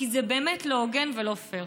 כי זה באמת לא הוגן ולא פייר.